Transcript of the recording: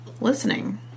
Listening